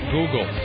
Google